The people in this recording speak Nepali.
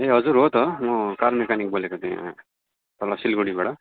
ए हजुर हो त म कार मेकेनिक बोलेको त्यहाँ तल सिलगढीबाट